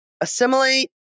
assimilate